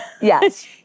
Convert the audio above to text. Yes